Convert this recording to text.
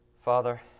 Father